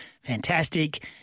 fantastic